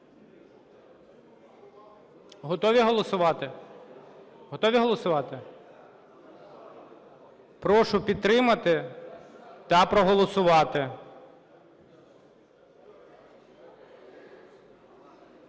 Готові голосувати? Прошу підтримати та проголосувати.